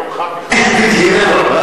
היום ח"כ אחד מגן על,